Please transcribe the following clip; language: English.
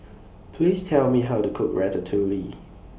Please Tell Me How to Cook Ratatouille